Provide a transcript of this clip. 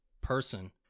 person